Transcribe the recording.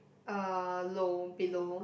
uh low below